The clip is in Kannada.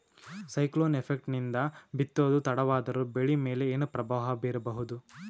ಸೈಕ್ಲೋನ್ ಎಫೆಕ್ಟ್ ನಿಂದ ಬಿತ್ತೋದು ತಡವಾದರೂ ಬೆಳಿ ಮೇಲೆ ಏನು ಪ್ರಭಾವ ಬೀರಬಹುದು?